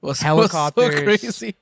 helicopters